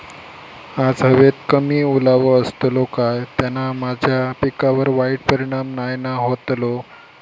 आज हवेत कमी ओलावो असतलो काय त्याना माझ्या पिकावर वाईट परिणाम नाय ना व्हतलो?